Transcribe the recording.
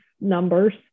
numbers